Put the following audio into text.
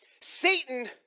Satan